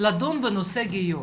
לדון בנושא גיור.